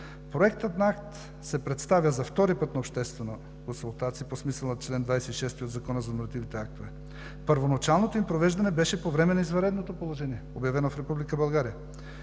Проектът на акт се представя за втори път на обществена консултация по смисъла на чл. 26 от Закона за нормативните актове. Първоначалното им провеждане беше по време на извънредното положение, обявено в